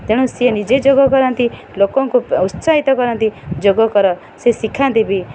ତେଣୁ ସେ ନିଜେ ଯୋଗ କରନ୍ତି ଲୋକଙ୍କୁ ଉତ୍ସାହିତ କରନ୍ତି ଯୋଗ କର ସେ ଶିଖାନ୍ତି ବି